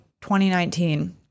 2019